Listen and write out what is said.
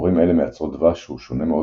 דבורים אלה מייצרות דבש שהוא שונה מאוד